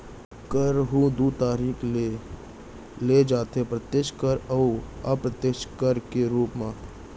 कर ह दू तरीका ले लेय जाथे प्रत्यक्छ कर अउ अप्रत्यक्छ कर के रूप म